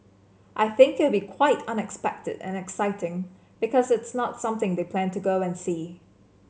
I think it will be quite unexpected and exciting because it's not something they plan to go and see